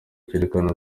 cerekana